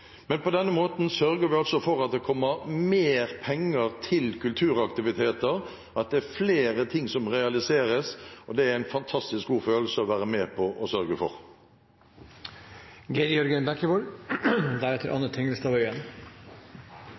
Men på denne måten sørger vi altså for at det kommer mer penger til kulturaktiviteter, at det er flere ting som realiseres. Det er en fantastisk god følelse å være med på å sørge for